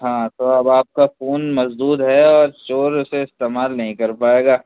ہاں تو اب آپ کا فون مسدود ہے اور چور اِسے استعمال نہیں کر پائے گا